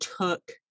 took